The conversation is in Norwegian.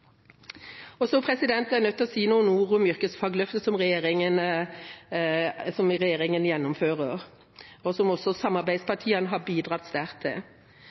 Jeg er nødt til å si noen ord om Yrkesfagløftet, som regjeringa gjennomfører, og som også samarbeidspartiene har bidratt sterkt til.